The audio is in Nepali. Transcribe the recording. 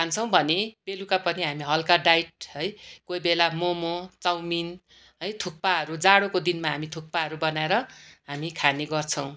खान्छौँ भने बेलुका पनि हामी हलका डाइट है कोहीबेला मोमो चाउमिन थुक्पाहरू है जाडोको दिनमा हामी थुक्पाहरू बनाएर हामी खाने गर्छौँ